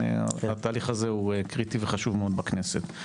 והתהליך הזה הואע קריטי וחשוב מאוד בכנסת.